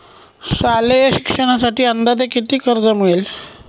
शालेय शिक्षणासाठी अंदाजे किती कर्ज मिळेल?